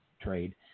trade